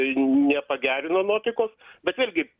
nepagerina nuotaikos bet vėlgi